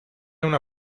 una